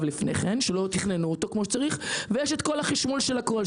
לפני כן ולא תכננו אותו כמו שצריך ויש את כל החשמול של הכול,